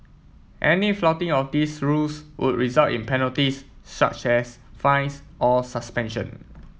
any flouting of these rules would result in penalties such as fines or suspension